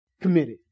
committed